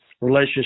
relationship